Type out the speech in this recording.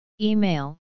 Email